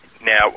Now